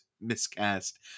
miscast